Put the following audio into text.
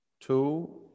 two